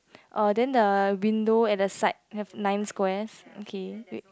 uh then the window at the side have nine squares okay wait